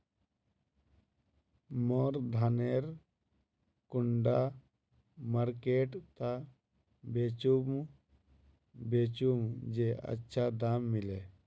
मोर धानेर कुंडा मार्केट त बेचुम बेचुम जे अच्छा दाम मिले?